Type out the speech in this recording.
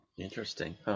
Interesting